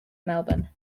melbourne